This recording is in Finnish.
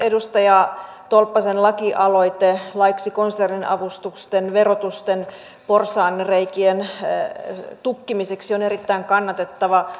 edustaja tolppasen lakialoite laiksi konserniavustusten verotusten porsaanreikien tukkimiseksi on erittäin kannatettava